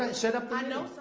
set up the